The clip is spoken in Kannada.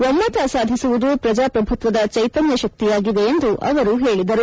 ಒಮ್ಮತ ಸಾಧಿಸುವುದು ಪ್ರಜಾಪ್ರಭುತ್ವದ ಚೈತನ್ಯ ಶಕ್ತಿಯಾಗಿದೆ ಎಂದು ಅವರು ಹೇಳಿದರು